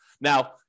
Now